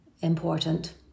important